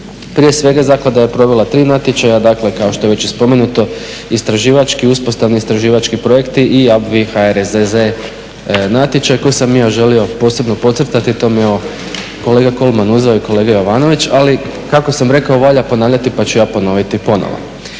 Prije svega zaklada je provela tri natječaja, dakle kao što je već i spomenuto istraživački, uspostavni istraživački projekti i ABBVIE-HRZZ natječaj koji sam ja želio posebno podcrtati, to mi je evo kolega Kolman uzeo i kolega Jovanović ali kako sam rekao valjda ponavljati pa ću ja ponoviti ponovo.